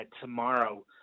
tomorrow